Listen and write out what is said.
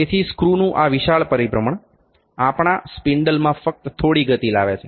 તેથી સ્ક્રુનું આ વિશાળ પરિભ્રમણ આપણા સ્પિન્ડલમાં ફક્ત થોડી ગતિ લાવે છે